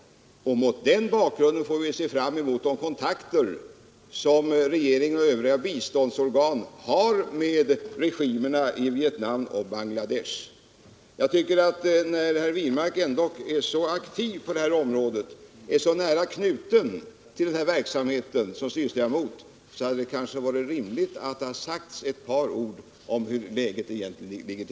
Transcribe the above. Mot den bakgrunden får vi avvakta de kontakter som regering och biståndsorgan har med regimerna i Vietnam och Bangladesh. Eftersom herr Wirmark är så aktiv på detta område och som styrelseledamot nära knuten till SIDA :s verksamhet hade det varit rimligt att han sagt ett par ord om hurdant läget egentligen är.